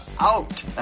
out